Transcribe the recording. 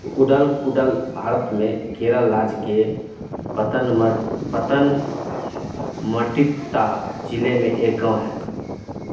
cuddle Koodal Bharat में केरल राज्य के पतनमग पतनमटिकता ज़िले में एक गाँव है